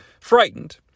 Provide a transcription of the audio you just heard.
frightened